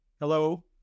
Hello